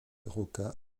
roca